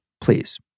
please